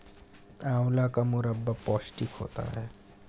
आंवला का मुरब्बा पौष्टिक होता है